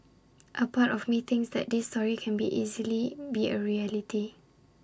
A part of me thinks these stories can easily be A reality